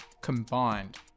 combined